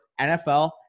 NFL